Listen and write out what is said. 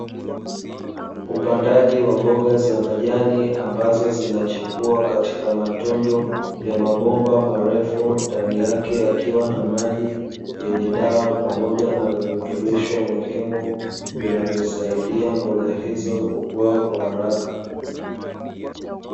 Upandaji wa mboga za majani ambazo zinachipua katika matundu ya mabomba marefu, ndani yake yakiwa na maji yenye dawa pamoja na virutubisho muhimu vinavosaidia mboga hizo kukua kwa haraka.